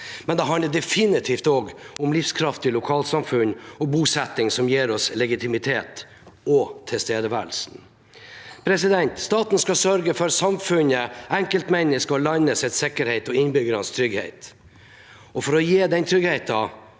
men det handler definitivt også om livskraftige lokalsamfunn og bosetning som gir oss legitimitet og tilstedeværelse. Staten skal sørge for samfunnets, enkeltmenneskenes og landets sikkerhet og innbyggernes trygghet, og for å kunne gi den tryggheten